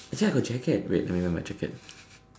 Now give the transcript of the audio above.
actually I got jacket wait let me wear my jacket